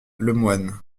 lemoine